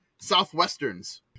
Southwesterns